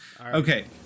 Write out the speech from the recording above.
Okay